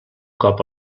cop